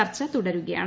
ചർച്ച തുടരുകയാണ്